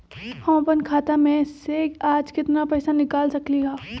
हम अपन खाता में से आज केतना पैसा निकाल सकलि ह?